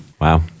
wow